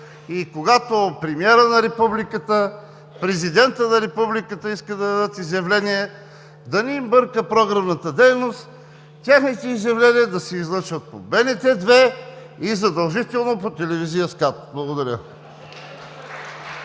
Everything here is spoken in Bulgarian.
и когато премиерът на републиката, президентът на републиката искат да дадат изявления, да не им бърка програмната дейност, техните изявления да се излъчват по БНТ 2 и задължително по телевизия СКАТ. Благодаря.